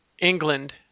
England